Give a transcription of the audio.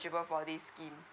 for for this scheme